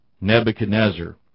Nebuchadnezzar